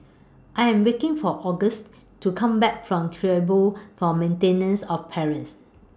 I Am waiting For Augustus to Come Back from Tribunal For Maintenance of Parents